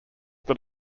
that